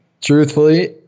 Truthfully